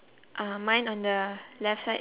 ya and then another on the left